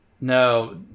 No